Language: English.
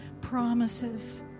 promises